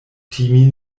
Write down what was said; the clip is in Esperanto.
timi